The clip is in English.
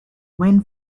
when